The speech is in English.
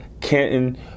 Canton